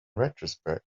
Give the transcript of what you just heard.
retrospect